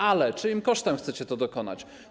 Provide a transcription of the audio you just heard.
Ale czyim kosztem chcecie tego dokonać?